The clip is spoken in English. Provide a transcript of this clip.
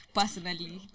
personally